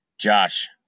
Josh